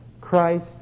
Christ